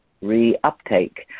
re-uptake